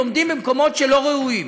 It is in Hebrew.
לומדים במקומות לא ראויים?